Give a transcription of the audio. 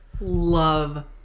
love